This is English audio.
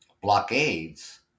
Blockades